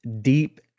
deep